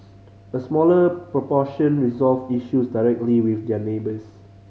a smaller proportion resolved issues directly with their neighbours